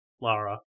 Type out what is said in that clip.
Lara